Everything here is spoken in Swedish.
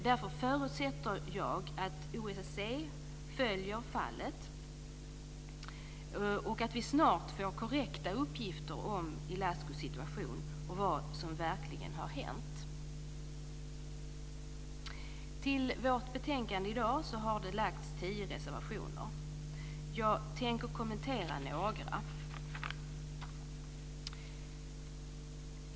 Därför förutsätter jag att OSSE följer fallet och att vi snart får korrekta uppgifter om Ilascus situation och om vad som verkligen har hänt. Till vårt betänkande har fogats tio reservationer. Jag tänker kommentera några.